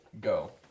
go